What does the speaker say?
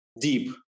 deep